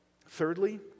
Thirdly